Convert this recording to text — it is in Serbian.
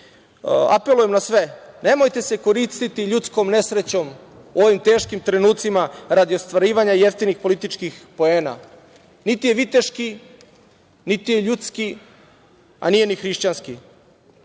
ovim. Apelujem na sve. Nemojte se koristiti ljudskom nesrećom u ovim teškim trenucima radi ostvarivanja jeftinih političkih poena. Niti je viteški, niti je ljudski, a nije ni hrišćanski.